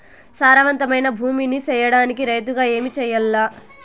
సారవంతమైన భూమి నీ సేయడానికి రైతుగా ఏమి చెయల్ల?